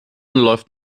läuft